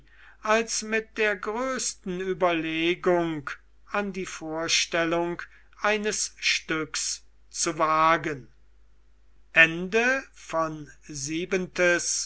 als mit der größten überlegung an die vorstellung eines stücks zu wagen